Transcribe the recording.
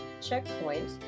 checkpoint